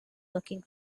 looking